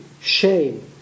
shame